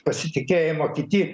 pasitikėjimo kiti